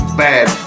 bad